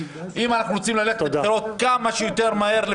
אם אנחנו רוצים ללכת לבחירות כמה שיותר מהר,